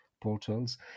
portals